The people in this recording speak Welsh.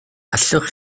allwch